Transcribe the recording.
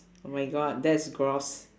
oh my god that's gross